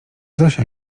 zosia